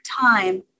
time